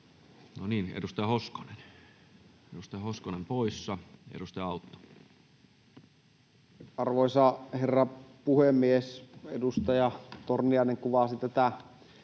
edustaja Hoskonen poissa. — Edustaja Autto. Arvoisa herra puhemies! Edustaja Torniainen kuvasi tätä